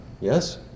Yes